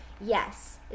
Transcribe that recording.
Yes